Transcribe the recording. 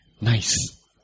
Nice